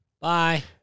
Bye